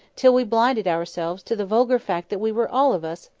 till we blinded ourselves to the vulgar fact that we were, all of us,